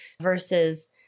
versus